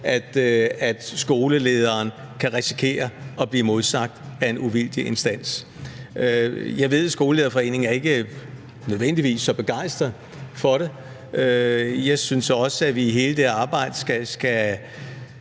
skolelederen kan risikere at blive modsagt af en uvildig instans. Jeg ved, at Skolelederforeningen ikke nødvendigvis er så begejstret for det. Jeg synes også, at vi i hele det her arbejde skal